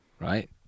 Right